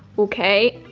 okay,